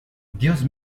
dios